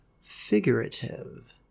figurative